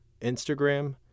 Instagram